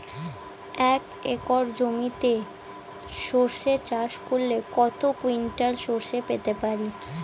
এক একর জমিতে সর্ষে চাষ করলে কত কুইন্টাল সরষে পেতে পারি?